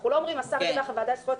לא אומרים שהשר ידווח לוועדה לזכויות